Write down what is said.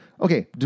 Okay